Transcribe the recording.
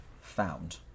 found